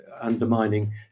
undermining